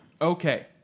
Okay